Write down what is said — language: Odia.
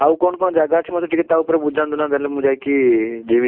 ଆଉ କଣ କଣ ଜାଗା ଅଛି ମୋତେ ଟିକିଏ ତା ଉପରେ ବୁଝାନ୍ତୁ ନା ଦେନ୍ ମୁଁ ଯାଇକି ଯିବି